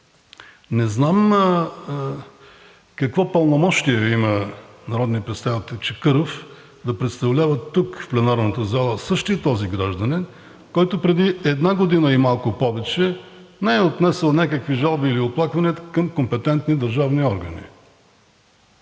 Не знам какво пълномощие има народният представител Чакъров да представлява тук в пленарната зала същия този гражданин, който преди една година и малко повече не е отнесъл някакви жалби или оплаквания към компетентни държавни органи?